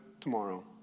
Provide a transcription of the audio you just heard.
tomorrow